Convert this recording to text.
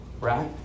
right